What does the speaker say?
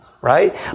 right